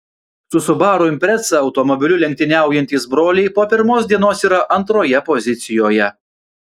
su subaru impreza automobiliu lenktyniaujantys broliai po pirmos dienos yra antroje pozicijoje